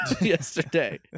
yesterday